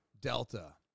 Delta